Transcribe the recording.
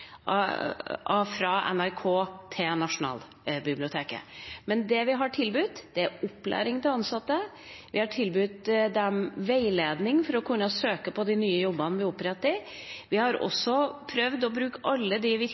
fra NRK til Nasjonalbiblioteket. Det vi har tilbudt, er opplæring til ansatte, og vi har tilbudt dem veiledning for å kunne søke på de nye jobbene vi oppretter. Vi har også prøvd å bruke alle de